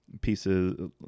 pieces